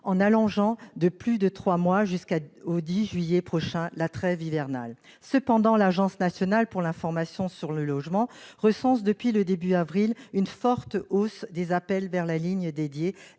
en allongeant de plus de trois mois, jusqu'au 10 juillet prochain, la trêve hivernale. Cependant, l'Agence nationale pour l'information sur le logement (ANIL) recense depuis le début d'avril une forte hausse des appels vers la ligne dédiée